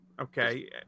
Okay